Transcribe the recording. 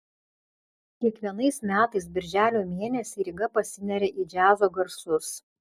kiekvienais metais birželio mėnesį ryga pasineria į džiazo garsus